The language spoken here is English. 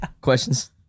Questions